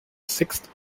sixth